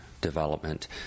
development